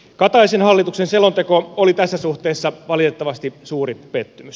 kataisen hallituksen selonteko oli tässä suhteessa valitettavasti suuri pettymys